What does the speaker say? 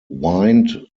wind